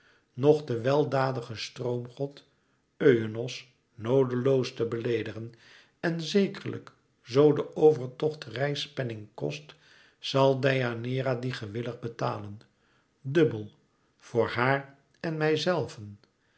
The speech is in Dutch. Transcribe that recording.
nch den weldadigen stroomgod euenos noodeloos te beleedigen en zekerlijk zoo de overtocht reispenning kost zal deianeira die gewillig betalen dubbel voor haar en mijzelven